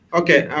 okay